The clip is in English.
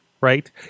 Right